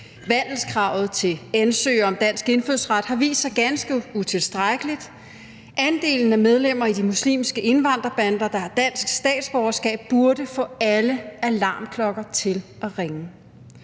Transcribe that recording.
Vandelskravet til ansøgere om dansk indfødsret har vist sig ganske utilstrækkeligt. Andelen af medlemmer i de muslimske indvandrerbander, der har dansk statsborgerskab, burde få alle alarmklokker til at ringe.